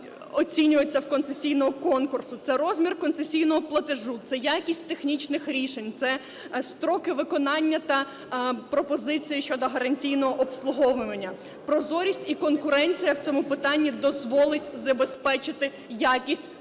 оцінюються, концесійного конкурсу – це розмір концесійного платежу, це якість технічних рішень, це строки виконання та пропозиції щодо гарантійного обслуговування. Прозорість і конкуренція в цьому питанні дозволить забезпечити якість